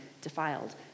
defiled